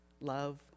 love